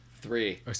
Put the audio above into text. Three